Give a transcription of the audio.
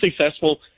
successful